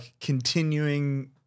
continuing